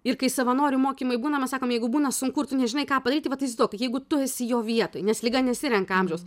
ir kai savanorių mokymai būna mes sakom jeigu būna sunku ir tu nežinai ką padaryti vat įsivaizduok jeigu tu esi jo vietoj nes liga nesirenka amžiaus